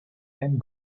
and